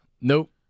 Nope